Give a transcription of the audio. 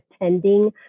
attending